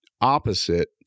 opposite